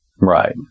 Right